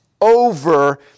over